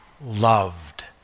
loved